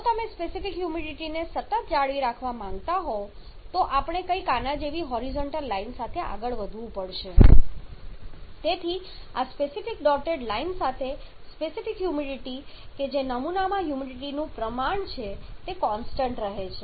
જો તમે સ્પેસિફિક હ્યુમિડિટીને સતત જાળવી રાખવા માંગતા હોવ તો આપણે કંઈક આના જેવી હોરિઝોન્ટલ લાઈન સાથે આગળ વધવું પડશે તેથી આ સ્પેસિફિક ડોટેડ લાઈન સાથે સ્પેસિફિક હ્યુમિડિટી કે જે નમૂનામાં હ્યુમિડિટીનું પ્રમાણ છે તે કોન્સ્ટન્ટ રહે છે